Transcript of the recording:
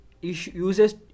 uses